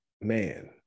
man